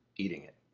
eating it.